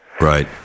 Right